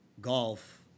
golf